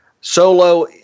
Solo